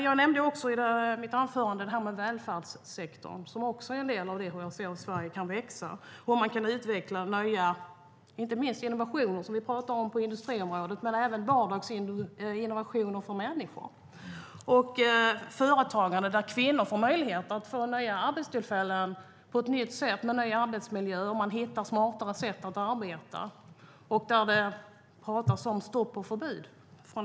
Jag nämnde i mitt anförande det här med välfärdssektorn. Här finns enligt mig en möjlighet för Sverige att växa, om man kan utveckla inte minst nya innovationer på industriområdet och vardagsinnovationer för människor. Det handlar också om företagande där kvinnor får möjlighet till nya arbetstillfällen på ett nytt sätt med ny arbetsmiljö och smartare sätt att arbeta. Där pratas det från er sida om stopp och förbud.